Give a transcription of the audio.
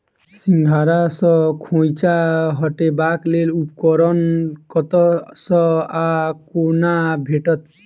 सिंघाड़ा सऽ खोइंचा हटेबाक लेल उपकरण कतह सऽ आ कोना भेटत?